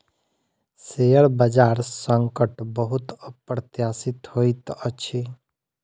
share बजार संकट बहुत अप्रत्याशित होइत अछि